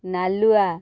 Nalua